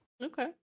okay